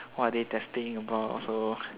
what are they testing about also